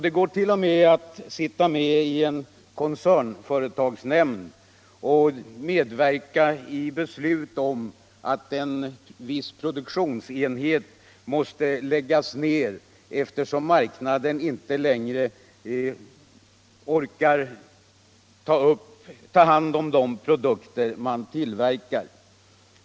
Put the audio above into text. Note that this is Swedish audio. Det går t.o.m. att sitta med i en koncernföretagsnämnd och där medverka i beslut om att en viss produktionsenhet måste läggas ner, eftersom marknaden inte längre vill ta emot de produkter man tillverkar.